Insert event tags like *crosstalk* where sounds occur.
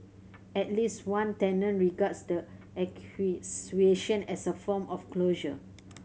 at least one tenant regards the *unintelligible* as a form of closure